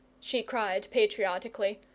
she cried patriotically.